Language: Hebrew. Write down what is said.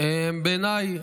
בבקשה.